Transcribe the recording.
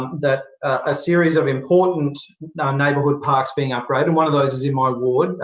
that a series of important ah neighbourhood parks being upgraded, and one of those is in my ward,